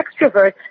extrovert